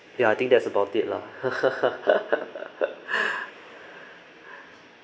ya I think that's about it lah